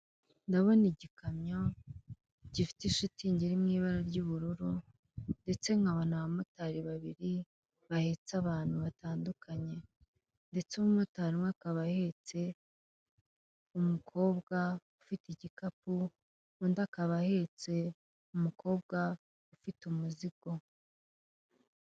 Ndabona igikamyo gifite ishitingi iri mu ibara ry'ubururu, ndetse nkabona abamotari babiri. bahetse abantu batandukanye. Ndetse umumotari umwe akaba ahetse umukobwa ufite igikapu, undi akaba ahetse umukobwa ufite umuzigo.